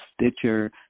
Stitcher